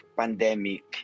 pandemic